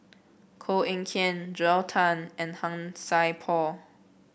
Koh Eng Kian Joel Tan and Han Sai Por